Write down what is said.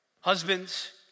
Husbands